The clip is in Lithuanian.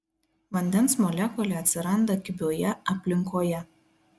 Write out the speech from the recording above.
vandens molekulė atsiranda kibioje aplinkoje